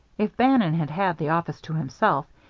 if bannon had had the office to himself,